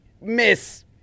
Miss